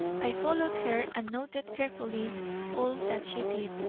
i followed her and noted carefully all that she did.